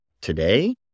today